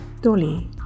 Dolly